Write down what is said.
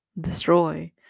destroy